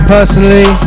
Personally